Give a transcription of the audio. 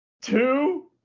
two